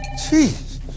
Jeez